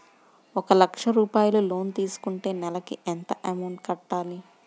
ఒక లక్ష రూపాయిలు లోన్ తీసుకుంటే నెలకి ఎంత అమౌంట్ కట్టాలి?